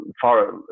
far